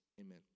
Amen